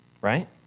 right